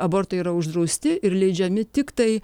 abortai yra uždrausti ir leidžiami tiktai